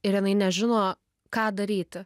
ir jinai nežino ką daryti